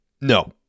No